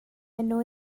enw